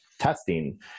testing